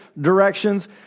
directions